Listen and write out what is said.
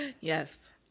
yes